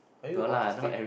are you autistic